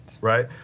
Right